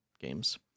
Games